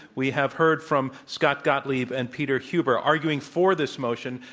we have heard from scott gottlieb and peter huber arguing for this motion.